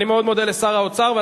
אני מאוד מודה לשר האוצר.